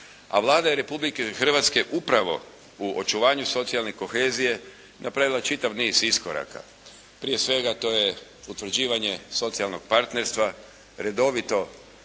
a Vlada je Republike Hrvatske upravo u očuvanje socijalne kohezije napravila čitav niz iskoraka. Prije svega, to je utvrđivanje socijalnog partnerstva, redovito